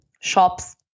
shops